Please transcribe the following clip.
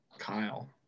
Kyle